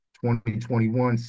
2021